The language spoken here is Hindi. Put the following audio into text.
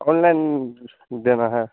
ऑनलाइन देना है